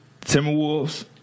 Timberwolves